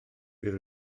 bydd